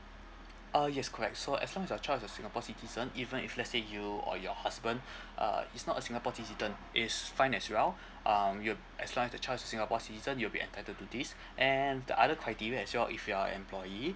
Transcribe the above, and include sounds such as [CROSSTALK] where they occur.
uh yes correct so as long as your child is a singapore citizen even if let's say you or your husband [BREATH] uh is not a singapore citizen it's fine as well um you as long as your child is a singapore citizen you'll be entitled to this and the other criteria as well if you're an employee